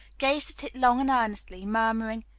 gazed at it long and earnestly, murmuring,